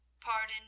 pardon